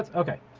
ah okay.